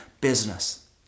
business